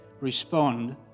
respond